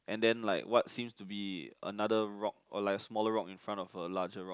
and then like what seems to be another rock or like smaller rock in front of a larger rock